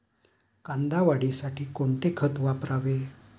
कांदा वाढीसाठी कोणते खत वापरावे?